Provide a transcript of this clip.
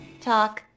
talk